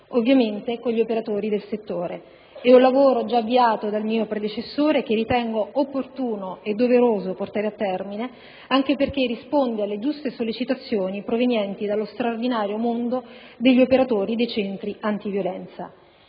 ovviamente con gli operatori del settore. Si tratta di un lavoro già avviato dal mio predecessore, che ritengo opportuno e doveroso portare a termine, anche perché risponde alle giuste sollecitazioni provenienti dallo straordinario mondo degli operatori dei centri antiviolenza.